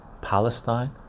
palestine